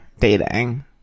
dating